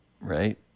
right